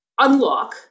unlock